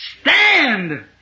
stand